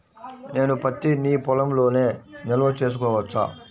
నేను పత్తి నీ పొలంలోనే నిల్వ చేసుకోవచ్చా?